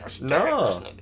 No